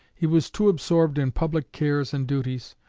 he was too absorbed in public cares and duties,